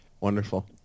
Wonderful